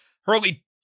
Hurley